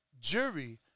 jury